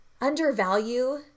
undervalue